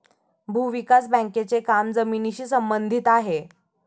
भूविकास बँकेचे काम जमिनीशी संबंधित आहे